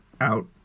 out